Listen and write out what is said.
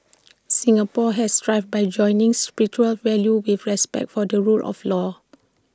Singapore has thrived by joining spiritual values with respect for the rule of law